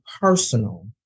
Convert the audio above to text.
personal